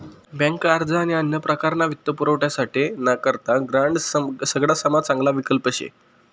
bank अर्ज आणि अन्य प्रकारना वित्तपुरवठासाठे ना करता ग्रांड सगडासमा चांगला विकल्प शे